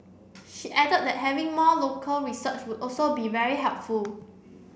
she added that having more local research would also be very helpful